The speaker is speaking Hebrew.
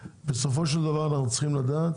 בסופו של דבר אנחנו צריכים לדעת